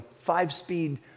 five-speed